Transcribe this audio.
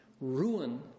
ruin